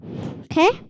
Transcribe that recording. Okay